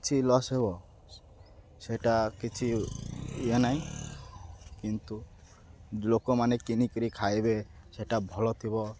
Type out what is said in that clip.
କିଛି ଲସ୍ ହେବ ସେଇଟା କିଛି ଇଏ ନାହିଁ କିନ୍ତୁ ଲୋକମାନେ କିଣିକରି ଖାଇବେ ସେଇଟା ଭଲ ଥିବ